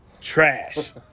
trash